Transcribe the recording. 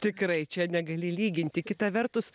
tikrai čia negali lyginti kita vertus